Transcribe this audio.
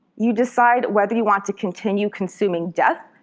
you decide whether you want to continue consuming death,